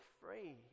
free